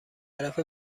طرفه